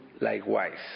likewise